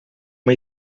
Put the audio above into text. uma